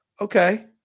Okay